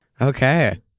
Okay